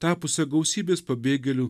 tapusią gausybės pabėgėlių